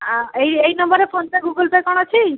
ଆ ଏଇ ଏଇ ନମ୍ବରରେ ଫୋନ୍ ପେ ଗୁଗୁଲ୍ ପେ କଣ ଅଛି